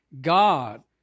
God